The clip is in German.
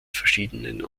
verschiedenen